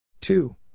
two